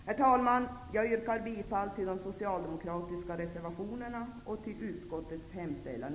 Herr talman! Jag yrkar bifall till de socialdemokratiska reservationerna och i övrigt till utskottets hemställan.